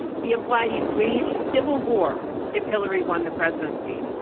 he implied he'd wage civil war if hillary won the presidency.